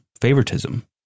favoritism